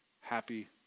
happy